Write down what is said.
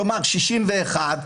כלומר 61,